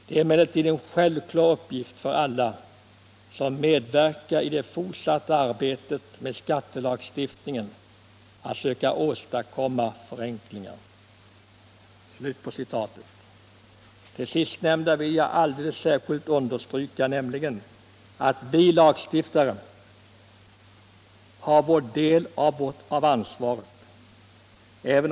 Det är emellertid en självklar uppgift för alla som medverkar i det fortsatta arbetet med skattelagstiftningen att söka åstadkomma förenklingar.” Det sistnämnda vill jag alldeles särskilt understryka, nämligen att vi lagstiftare har vår del av ansvaret.